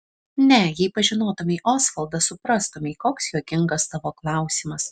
ne jei pažinotumei osvaldą suprastumei koks juokingas tavo klausimas